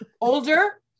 Older